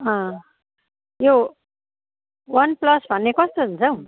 अँ यो OnePlus भन्ने कस्तो हुन्छ हौ